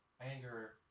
anger